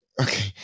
Okay